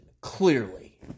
clearly